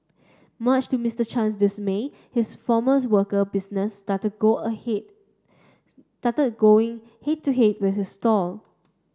much to Mister Chang's dismay his former worker business started going head to head with his stall